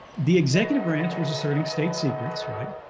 the executive branch was asserting state secrets, right?